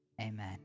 amen